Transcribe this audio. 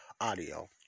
audio